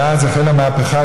ואז החלה המהפכה,